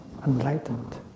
Enlightened